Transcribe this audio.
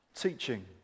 teaching